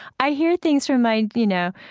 i hear things from my, you know,